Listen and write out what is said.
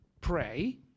pray